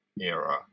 era